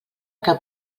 que